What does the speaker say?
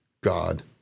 God